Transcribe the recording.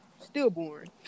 stillborn